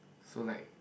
so like